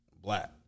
black